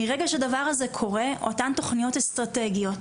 מרגע שהדבר הזה קורה, אותן תכניות אסטרטגיות,